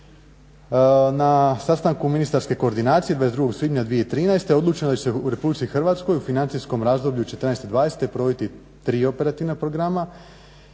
Na sastanku ministarske koordinacije 22. svibnja 2013. odlučeno je da će se u Republici Hrvatskoj u financijskom razdoblju '14.-'20. provesti tri operativna programa.